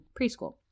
preschool